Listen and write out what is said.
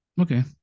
Okay